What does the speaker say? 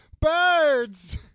birds